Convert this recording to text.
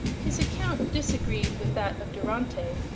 his account disagreed with that of durante,